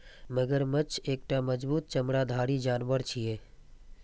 मगरमच्छ एकटा मजबूत चमड़ाधारी जानवर छियै